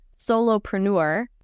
solopreneur